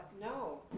no